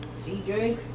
TJ